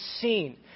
seen